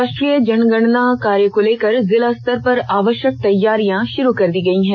राष्ट्रीय जनगणना कार्य को लेकर जिला स्तर पर आवष्यक तैयारियां षूरू कर दी गई है